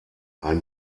ein